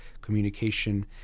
Communication